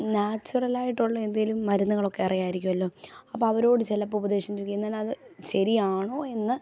നാച്ചുറലായിട്ടുള്ള എന്തേലും മരുന്നുകളൊക്കെ അറിയായിരിക്കുവല്ലോ അപ്പം അവരോട് ചിലപ്പം ഉപദേശം ചോദിക്കും എന്നാ അത് ശരിയാണോ എന്ന്